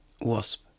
Wasp